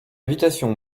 invitation